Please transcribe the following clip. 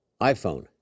iPhone